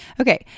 Okay